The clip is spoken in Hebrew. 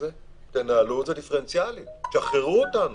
נהלו את זה דיפרנציאלי, שחררו אותנו.